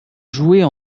jouer